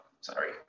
sorry